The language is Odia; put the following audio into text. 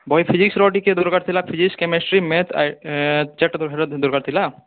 ବହି ଫିଜିକ୍ସର ଟିକେ ଦରକାର୍ ଥିଲା ଫିଜିକ୍ସ କେମେଷ୍ଟ୍ରି ମ୍ୟାଥ୍ ଚାରିଟା ଦରକାର ଥିଲା